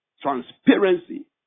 transparency